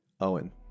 Owen